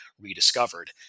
rediscovered